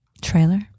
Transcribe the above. trailer